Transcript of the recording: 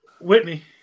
Whitney